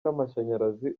n’amashanyarazi